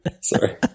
sorry